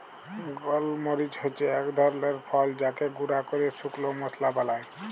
গল মরিচ হচ্যে এক ধরলের ফল যাকে গুঁরা ক্যরে শুকল মশলা বালায়